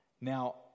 Now